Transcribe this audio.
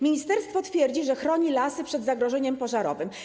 Ministerstwo twierdzi, że chroni lasy przed zagrożeniem pożarowym.